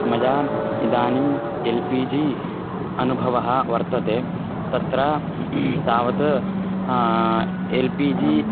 मया इदानीम् L P G अनुभवः वर्तते तत्र तावत् एल् पी जि